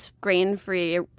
grain-free